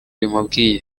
bimubwiye